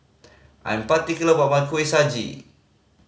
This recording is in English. I'm particular about my Kuih Suji